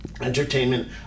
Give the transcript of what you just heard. entertainment